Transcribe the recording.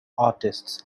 artists